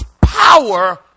power